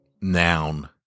Noun